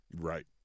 Right